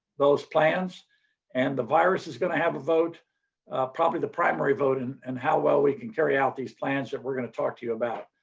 those plans and the virus is going to have a vote probably the primary vote in and how well we can carry out these plans that we're going to talk to you about.